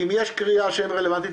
אם יש קריאה שהיא רלוונטית,